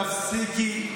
ותפסיקי,